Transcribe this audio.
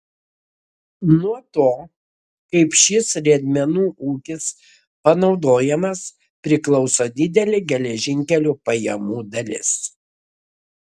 nuo to kaip šis riedmenų ūkis panaudojamas priklauso didelė geležinkelio pajamų dalis